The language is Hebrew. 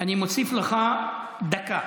אני מוסיף לך דקה.